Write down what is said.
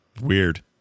Weird